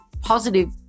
positive